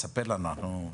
תספר לנו.